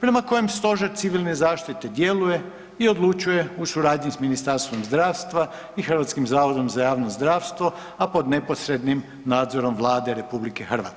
prema kojem Stožer civilne zaštite djeluje i odlučuje u suradnji s Ministarstvom zdravstva i HZJZ a pod neposrednim nadzorom Vlade RH.